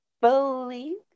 believe